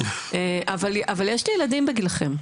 אבל יש לי ילדים בגילכם,